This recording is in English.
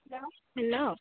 hello